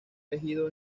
elegido